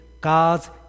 God's